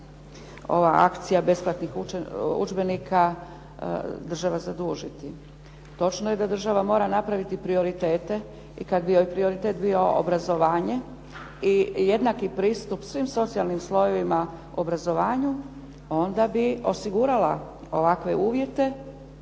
ova akcija besplatnih udžbenika država zadužiti. Točno je da država mora napraviti prioritete i kad bi joj prioritet bio obrazovanje i jednaki pristup svim socijalnim slovima obrazovanju, onda bi osigurala ovakve uvjete